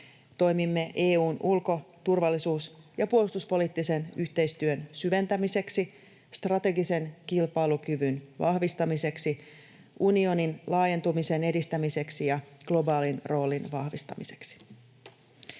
Toimimme EU:n ulko-, turvallisuus- ja puolustuspoliittisen yhteistyön syventämiseksi, strategisen kilpailukyvyn vahvistamiseksi, unionin laajentumisen edistämiseksi ja globaalin roolin vahvistamiseksi.